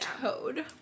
Toad